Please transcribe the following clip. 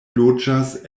loĝas